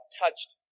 touched